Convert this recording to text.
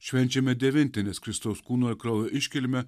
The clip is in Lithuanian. švenčiame devintinės kristaus kūno ir kraujo iškilmę